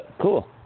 Cool